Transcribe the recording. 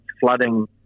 flooding